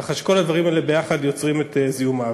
כל הדברים האלה יחד יוצרים את זיהום האוויר.